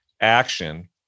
Action